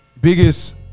biggest